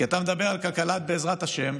כי אתה מדבר על "כלכלת בעזרת השם",